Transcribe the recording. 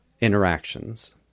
interactions